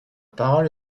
parole